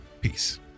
Peace